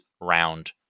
round